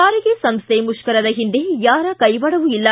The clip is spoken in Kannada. ಸಾರಿಗೆ ಸಂಸ್ಥೆ ಮುಷ್ಕರದ ಹಿಂದೆ ಯಾರ ಕೈವಾಡವೂ ಇಲ್ಲ